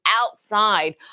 Outside